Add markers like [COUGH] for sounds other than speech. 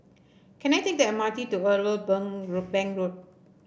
can I take the M R T to Irwell [UNINTELLIGIBLE] Road Bank Road